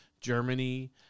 Germany